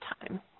time